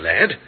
lad